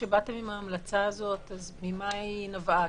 כשבאתם עם ההמלצה הזאת ממה היא נבעה?